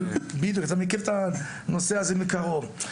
אתה מכיר את הנושא הזה מקרוב,